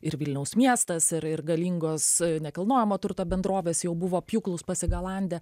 ir vilniaus miestas ir galingos nekilnojamo turto bendrovės jau buvo pjūklus pasigalandę